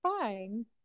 fine